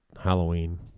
halloween